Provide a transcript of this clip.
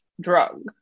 drug